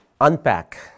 unpack